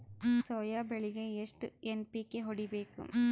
Soya ಬೆಳಿಗಿ ಎಷ್ಟು NPK ಹೊಡಿಬೇಕು?